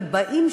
ובאים,